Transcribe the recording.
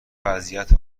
وضعیت